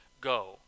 Go